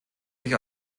sich